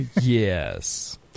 Yes